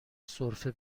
سرفه